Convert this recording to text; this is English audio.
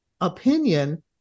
opinion